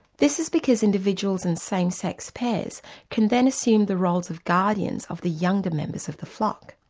this is because individuals and same sex pairs can then assume the roles of guardians of the younger members of the flock.